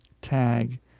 tag